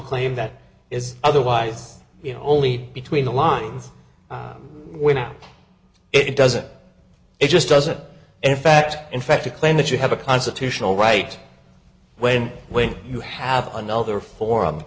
claim that is otherwise you know only between the lines when it doesn't it just doesn't and in fact in fact to claim that you have a constitutional right when when you have another forum